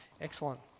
excellent